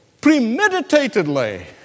premeditatedly